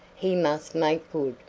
he must make good.